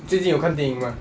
最近有看电影吗